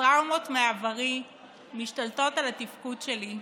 הטראומות מעברי משתלטות על התפקוד שלי,